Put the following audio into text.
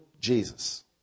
Jesus